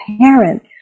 parent